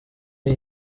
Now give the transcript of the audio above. iyi